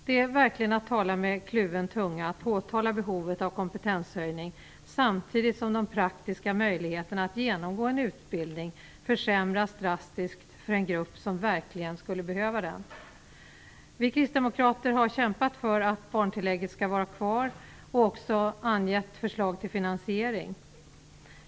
Det är verkligen att tala med kluven tunga att påtala behovet av kompetenshöjning samtidigt som de praktiska möjligheterna att genomgå en utbildning försämras drastiskt för en grupp som verkligen skulle behöva den. Vi kristdemokrater har kämpat för att barntillägget skall vara kvar och också angett förslag till finansiering.